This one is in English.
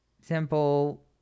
simple